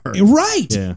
right